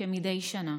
כמדי שנה